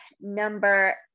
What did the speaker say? number